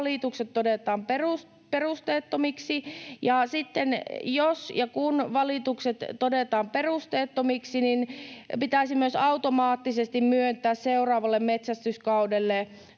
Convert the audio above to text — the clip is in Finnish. valitukset todetaan perusteettomiksi. Ja sitten, jos ja kun valitukset todetaan perusteettomiksi, pitäisi myös automaattisesti myöntää seuraavalle metsästyskaudelle